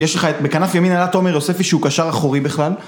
יש לך את, בכנף ימין עלה תומר יוספי שהוא קשר אחורי בכלל